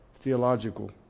theological